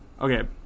Okay